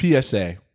PSA